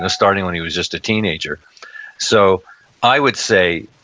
ah starting when he was just a teenager so i would say,